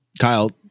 Kyle